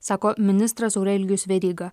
sako ministras aurelijus veryga